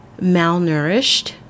malnourished